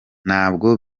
ntabwo